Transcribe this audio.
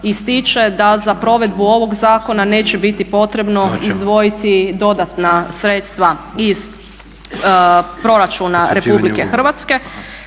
ističe da za provedbu ovog zakona neće biti potrebno izdvojiti dodatna sredstva iz proračuna RH što